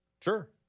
Sure